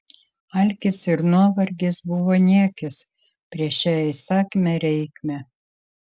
alkis ir nuovargis buvo niekis prieš šią įsakmią reikmę